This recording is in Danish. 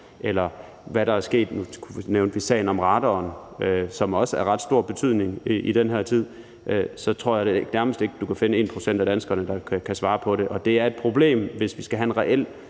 eller hvad der er sket i sagen om radaren, som vi nu nævnte, og som også er af ret stor betydning i den her tid, så tror jeg nærmest ikke, du kan finde 1 pct. af danskerne, der kan svare på det, og det er et problem, hvis vi skal have en reel